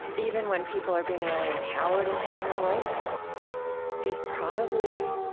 even when people are being really empowered and having a voice is probably